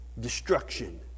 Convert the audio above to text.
Destruction